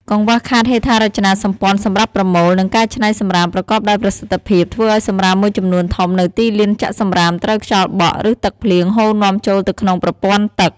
កង្វះខាតហេដ្ឋារចនាសម្ព័ន្ធសម្រាប់ប្រមូល និងកែច្នៃសំរាមប្រកបដោយប្រសិទ្ធភាព ធ្វើឲ្យសំរាមមួយចំនួនធំនៅទីលានចាក់សំរាមត្រូវខ្យល់បក់ ឬទឹកភ្លៀងហូរនាំចូលទៅក្នុងប្រព័ន្ធទឹក។